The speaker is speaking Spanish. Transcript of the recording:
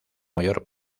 mayor